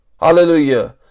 Hallelujah